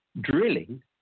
drilling